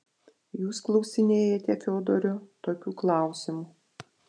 jūs klausinėjate fiodoro tokių klausimų